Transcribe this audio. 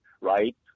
right